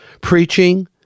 preaching